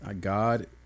God